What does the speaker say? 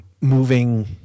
moving